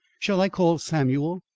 shall i call samuel?